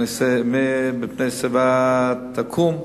מפני שיבה תקום.